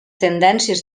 tendències